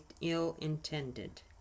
ill-intended